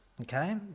Okay